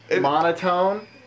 monotone